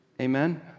amen